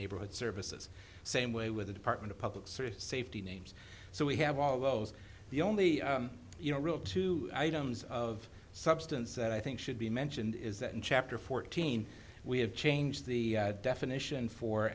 neighborhood services same way with the department of public service safety names so we have all those the only you know real two items of substance that i think should be mentioned is that in chapter fourteen we have changed the definition for